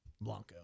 Blanco